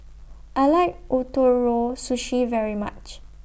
I like Ootoro Sushi very much